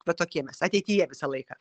va tokie mes ateityje visą laiką